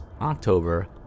October